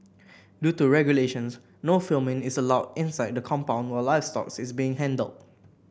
due to regulations no filming is allowed inside the compound while livestock is being handled